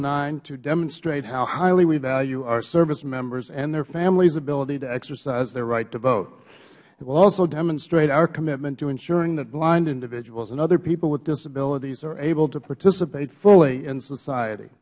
nine to demonstrate how highly we value our service members and their families ability to exercise their right to vote it will also demonstrate our commitment to ensuring that blind individuals and other people with disabilities are able to participate fully in society